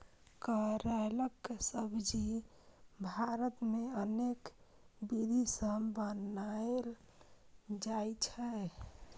करैलाक सब्जी भारत मे अनेक विधि सं बनाएल जाइ छै